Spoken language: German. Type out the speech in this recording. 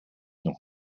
noch